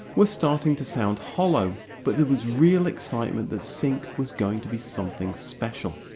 were starting to sound hollow, but there was real excitement that sync was going to be something special.